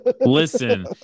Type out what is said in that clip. Listen